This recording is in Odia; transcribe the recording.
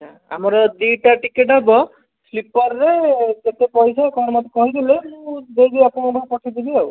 ଆଚ୍ଛା ଆମର ଦୁଇଟା ଟିକେଟ୍ ହେବ ସ୍ଲିପରରେ କେତେ ପଇସା କଣ ମୋତେ କହିଦେଲେ ମୁଁ ଦେବି ଆପଣଙ୍କ ପାଖକୁ ପଠେଇଦେବି ଆଉ